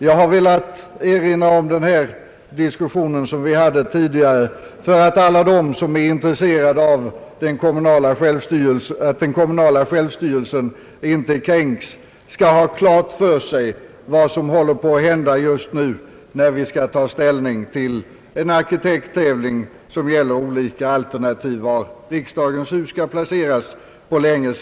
Jag har velat erinra om den tidigare förda diskussionen här för att alla de som är intresserade av att den kommunala självstyrelsen inte kränks skall ha klart för sig vad som håller på att hända just nu, när vi skall ta ställning till en arkitekttävling för olika alternativ om var ett riksdagshus skall placeras.